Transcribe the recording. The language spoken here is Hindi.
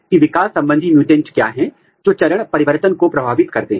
यह इंबेडेड मीडिया ज्यादातर पैराफिन होता है